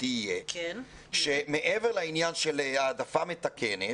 תהיה שמעבר לעניין של העדפה מתקנת,